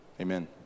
amen